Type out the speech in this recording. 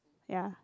ya